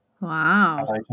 Wow